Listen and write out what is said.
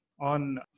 on